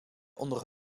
onder